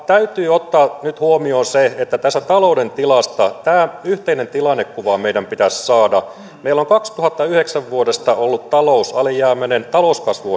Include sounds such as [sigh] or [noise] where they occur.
täytyy ottaa nyt huomioon se että tästä talouden tilasta tämä yhteinen tilannekuva meidän pitäisi saada meillä on vuodesta kaksituhattayhdeksän ollut talous alijäämäinen talouskasvu [unintelligible]